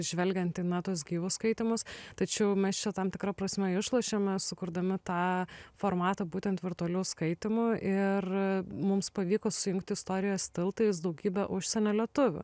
žvelgiant į na tuos gyvus skaitymus tačiau mes čia tam tikra prasme išlošiame sukurdami tą formatą būtent virtualių skaitymų ir mums pavyko sujungt istorijos tiltais daugybę užsienio lietuvių